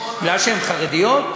בגלל שהן חרדיות?